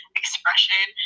expression